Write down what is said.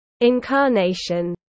incarnation